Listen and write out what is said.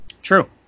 True